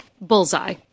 Bullseye